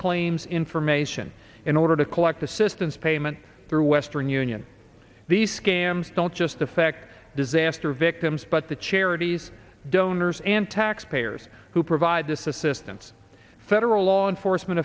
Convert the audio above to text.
claims information in order to collect the system's payment through western union these scams don't just affect disaster victims but the charities donors and taxpayers who provide this assistance federal law enforcement